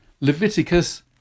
Leviticus